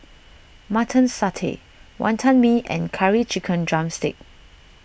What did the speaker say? Mutton Satay Wantan Mee and Curry Chicken Drumstick